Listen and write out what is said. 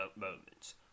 moments